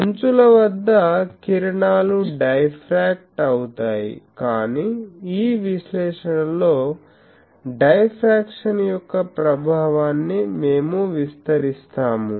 అంచుల వద్ద కిరణాలు డైఫ్రాక్ట్ అవుతాయి కాని ఈ విశ్లేషణలో డైఫ్రాక్షన్ యొక్క ప్రభావాన్ని మేము విస్మరిస్తాము